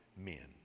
men